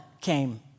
came